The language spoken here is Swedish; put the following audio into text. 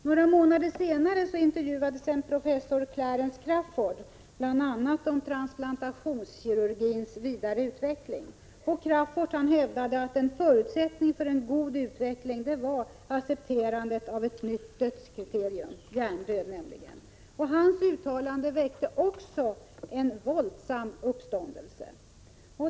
Några månader senare intervjuades professor Clarence Crafoord bl.a. om transplantationskirurgins vidare utveckling, och Crafoord hävdade att en förutsättning för en god utveckling var accepterandet av ett nytt dödskriterium, nämligen hjärndöd. Hans uttalande väckte också en våldsam uppståndelse.